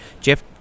Jeff